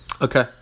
Okay